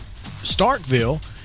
Starkville